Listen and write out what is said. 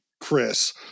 Chris